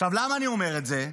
עכשיו, למה אני אומר את זה?